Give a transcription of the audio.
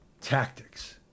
tactics